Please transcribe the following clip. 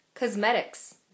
Cosmetics